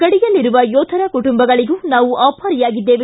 ಗಡಿಯಲ್ಲಿರುವ ಯೋಧರ ಕುಟುಂಬಗಳಿಗೂ ನಾವು ಆಭಾರಿಯಾಗಿದ್ದೇವೆ